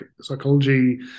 psychology